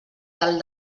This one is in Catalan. del